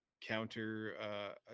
counter